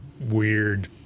weird